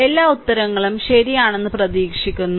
എല്ലാ ഉത്തരങ്ങളും ശരിയാണെന്ന് പ്രതീക്ഷിക്കുന്നു